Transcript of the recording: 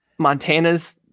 montana's